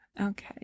Okay